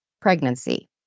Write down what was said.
pregnancy